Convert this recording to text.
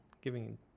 giving